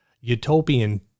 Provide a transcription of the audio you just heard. utopian